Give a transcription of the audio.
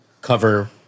cover